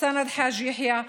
סנד חאג'-יחיא,